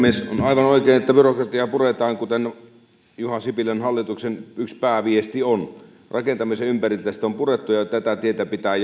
aivan oikein että byrokratiaa puretaan kuten juha sipilän hallituksen yksi pääviesti on rakentamisen ympäriltä sitä on purettu ja tätä tietä pitää